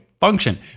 function